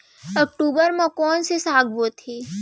अक्टूबर मा कोन से साग बोथे?